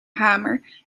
hamer